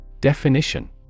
Definition